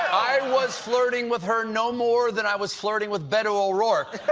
i was flirting with her no more than i was flirting with beto o'rourke.